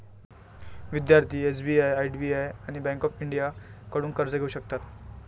विद्यार्थी SBI IDBI bank आणि bank of इंडियाकडून कर्ज घेऊ शकतात